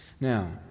Now